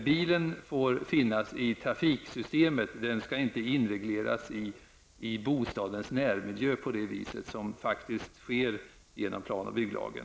Bilen får finnas i trafiksystemet. Den skall inte inregleras i bostadens närmiljö på det sätt som faktiskt sker genom plan och bygglagen.